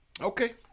Okay